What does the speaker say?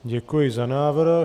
Děkuji za návrh.